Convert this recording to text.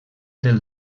del